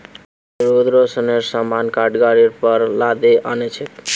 अनिरुद्ध राशनेर सामान काठ गाड़ीर पर लादे आ न छेक